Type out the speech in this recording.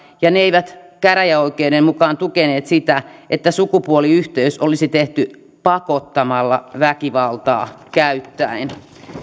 ja ne eivät käräjäoikeuden mukaan tukeneet sitä että sukupuoliyhteys olisi tehty pakottamalla väkivaltaa käyttäen